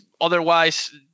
otherwise